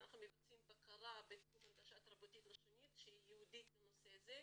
אנחנו מבצעים בקרה בתחום הנגשה תרבותית לשונית שהיא ייעודית לנושא זה,